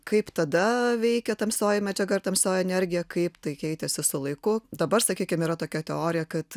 kaip tada veikia tamsioji medžiaga ir tamsioji energija kaip tai keitėsi su laiku dabar sakykim yra tokia teorija kad